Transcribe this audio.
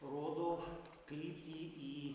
rodo kryptį į